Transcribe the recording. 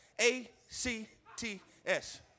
A-C-T-S